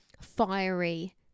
fiery